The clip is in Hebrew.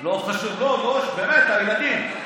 לא חשוב, באמת, הילדים.